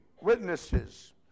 witnesses